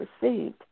received